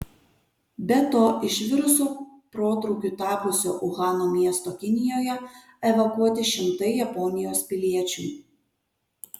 be to iš viruso protrūkiu tapusio uhano miesto kinijoje evakuoti šimtai japonijos piliečių